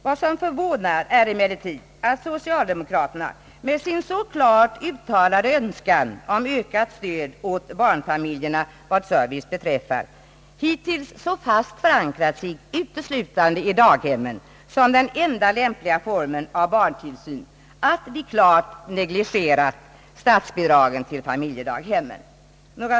Vad som förvånar är emellertid att socialdemokraterna med sin så klart uttalade önskan om ökat stöd åt barnfamiljerna vad service beträffar hittills så fast förankrat sig uteslutande vid daghemmen som den enda lämpliga formen av barntillsyn att de klart negligerat statsbidragen till familjedaghemmen.